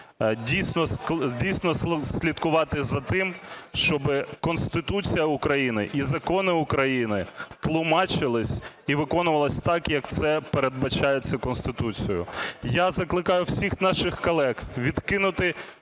дійсно слідкувати за тим, щоб Конституція України і закони України тлумачились і виконувались так, як це передбачається Конституцією. Я закликаю всіх наших колег відкинути